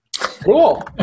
cool